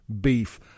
beef